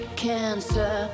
cancer